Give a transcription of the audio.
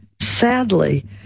sadly